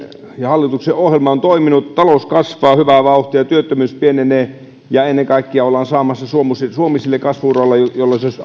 ja hallituksen ohjelma on toiminut talous kasvaa hyvää vauhtia työttömyys pienenee ja ennen kaikkea ollaan saamassa suomi sille kasvu uralle jolle se